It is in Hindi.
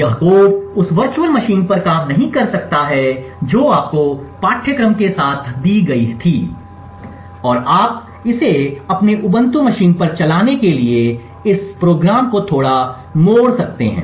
यह कोड उस वर्चुअल मशीन पर काम नहीं कर सकता है जो आपको पाठ्यक्रम के साथ दी गई थी और आप इसे अपने Ubuntu मशीनों पर चलाने के लिए इस कार्यक्रम को थोड़ा मोड़ सकते हैं